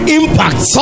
impact